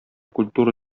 культура